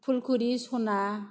फुलकुरि सना